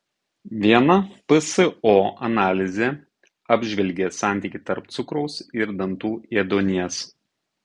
viena pso analizė apžvelgė santykį tarp cukraus ir dantų ėduonies